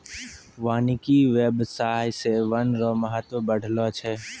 वानिकी व्याबसाय से वन रो महत्व बढ़लो छै